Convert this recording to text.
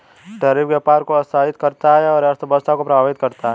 tariff व्यापार को हतोत्साहित करता है और यह अर्थव्यवस्था को प्रभावित करता है